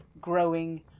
growing